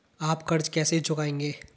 आप कर्ज कैसे चुकाएंगे?